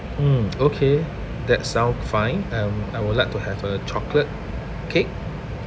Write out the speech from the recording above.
mm okay that sound fine um I would like to have a chocolate cake